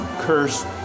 Curse